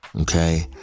Okay